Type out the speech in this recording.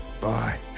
Bye